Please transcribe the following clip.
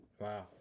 Wow